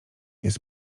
jest